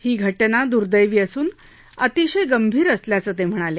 ही घटना दुदेवी असून अतिशय गंभीर असल्याचं ते म्हणाले